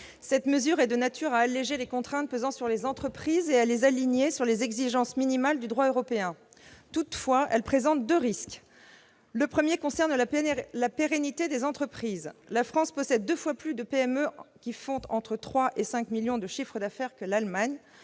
Cette mesure est de nature à alléger les contraintes pesant sur les entreprises et à les aligner sur les exigences minimales du droit européen. Toutefois, elle fait encourir deux risques. Le premier concerne la pérennité des entreprises. La France possède deux fois plus de PME ayant entre 3 et 5 millions d'euros de chiffre d'affaires que l'Allemagne.